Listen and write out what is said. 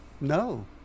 No